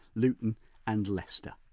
luton and leicester